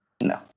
No